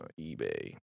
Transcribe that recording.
eBay